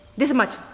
this much,